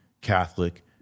Catholic